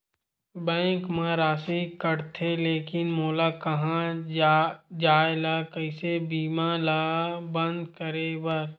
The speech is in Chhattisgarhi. बैंक मा राशि कटथे लेकिन मोला कहां जाय ला कइसे बीमा ला बंद करे बार?